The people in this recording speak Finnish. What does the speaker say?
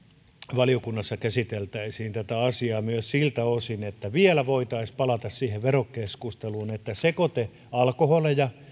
valiokunnassa käsiteltäisiin tätä asiaa myös siltä osin että vielä voitaisiin palata siihen verokeskusteluun että sekoitealkoholeissa